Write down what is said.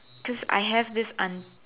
cause I have this aunt